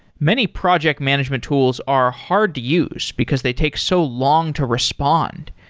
many project management tools are hard to use because they take so long to respond,